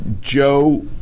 Joe